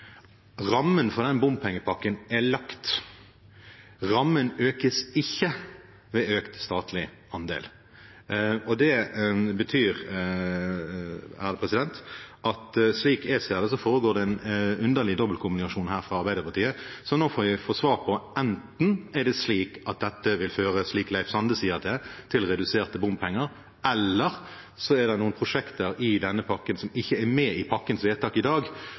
Rammen for den bompengepakken er lagt og økes ikke ved økt statlig andel. Det betyr, slik jeg ser det, at det foregår en underlig dobbeltkommunikasjon fra Arbeiderpartiet. Når får jeg svar på om det – slik Leif Sande sier det – enten vil føre til reduserte bompenger, eller om det er noen prosjekter i denne pakken som ikke er med i pakkens vedtak i dag,